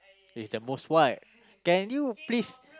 is the most what can you please